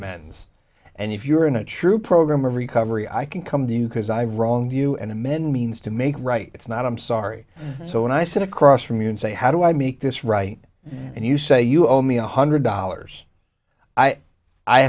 amends and if you're in a true program of recovery i can come to you because i've wronged you and a man means to make right it's not i'm sorry so when i sit across from you and say how do i make this right and you say you owe me one hundred dollars i